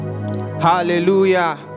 Hallelujah